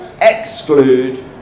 exclude